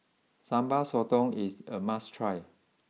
Sambal Sotong is a must try